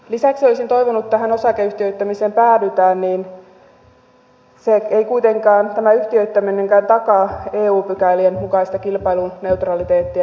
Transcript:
lisäksi jos tähän osakeyhtiöittämiseen päädytään tämä yhtiöittäminenkään ei kuitenkaan takaa eu pykälien mukaista kilpailuneutraliteettia